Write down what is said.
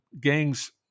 gangs